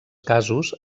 casos